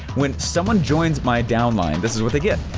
when someone joins my downline, this is what they get,